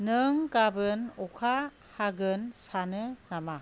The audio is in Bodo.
नों गाबोन अखा हागोन सानो नामा